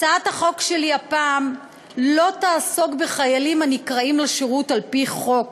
הצעת החוק שלי הפעם לא תעסוק בחיילים הנקראים לשירות על-פי חוק